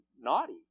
naughty